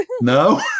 No